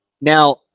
Now